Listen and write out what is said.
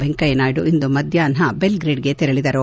ವೆಂಕಯ್ಯನಾಯ್ಡು ಇಂದು ಮಧ್ಯಾಪ್ನ ಬೆಲ್ಗೇಡ್ಗೆ ತೆರಳಿದರು